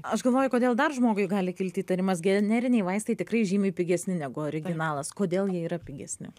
aš galvoju kodėl dar žmogui gali kilti įtarimas generiniai vaistai tikrai žymiai pigesni negu originalas kodėl jie yra pigesni